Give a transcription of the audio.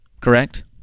Correct